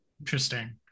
Interesting